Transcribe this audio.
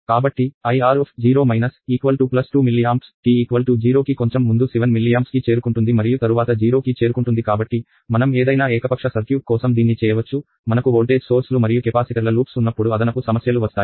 కాబట్టి IR 2 milliamps t 0 కి కొంచం ముందు 7 మిల్లియాంప్స్ కి చేరుకుంటుంది మరియు తరువాత 0 కి చేరుకుంటుంది కాబట్టి మనం ఏదైనా ఏకపక్ష సర్క్యూట్ కోసం దీన్ని చేయవచ్చు మనకు వోల్టేజ్ సోర్స్ లు మరియు కెపాసిటర్ల లూప్స్ ఉన్నప్పుడు అదనపు సమస్యలు వస్తాయి